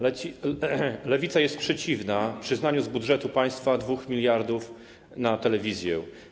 Lewica jest przeciwna przyznaniu z budżetu państwa 2 mld na telewizję.